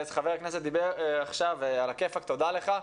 חבר הכנסת דיבר עכשיו, על הכיפק, תודה לך.